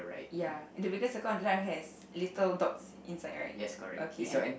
ya the bigger circle on the right has little dots inside right okay and